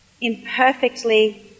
imperfectly